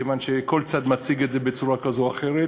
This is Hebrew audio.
כיוון שכל צד מציג את זה בצורה כזו או אחרת.